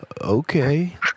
okay